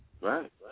Right